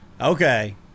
okay